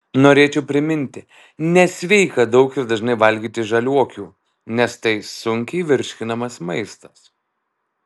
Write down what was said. norėčiau priminti nesveika daug ir dažnai valgyti žaliuokių nes tai sunkiai virškinamas maistas